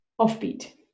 offbeat